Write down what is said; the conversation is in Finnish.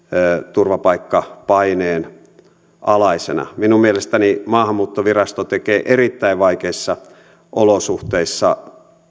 turvapaikkapaineen alaisena minun mielestäni maahanmuuttovirasto tekee erittäin vaikeissa olosuhteissa